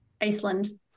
Iceland